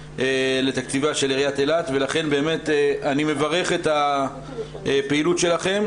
לתקציבה של עירית אילת לכן אני מברך את הפעילות שלכם,